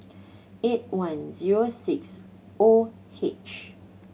eight one zero six O H